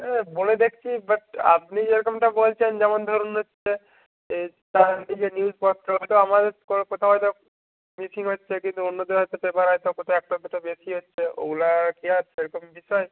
হ্যাঁ বলে দেখছি বাট আপনি যেরকমটা বলছেন যেমন ধরুন হচ্ছে এই তা এই যে নিউজপত্র হয়তো আমাদের কোথাও হয়তো মিসিং হচ্ছে কিন্তু অন্যদের হয়তো পেপার হয়তো কোথাও একটা দুটো বেশি হচ্ছে ওগুলো আর কী আর সেরকম বিষয়